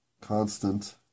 constant